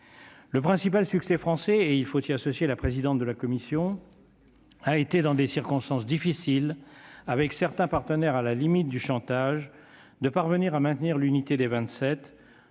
Le principal succès français et il faut y associer la présidente de la commission a été dans des circonstances difficiles avec certains partenaires à la limite du chantage de parvenir à maintenir l'unité des 27